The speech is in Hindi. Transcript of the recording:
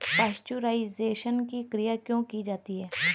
पाश्चुराइजेशन की क्रिया क्यों की जाती है?